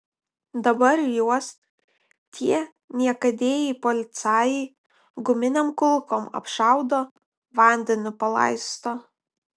dabar juos tie niekadėjai policajai guminėm kulkom apšaudo vandeniu palaisto